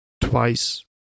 twice